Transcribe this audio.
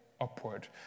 upward